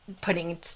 putting